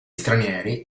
stranieri